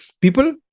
People